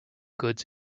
goods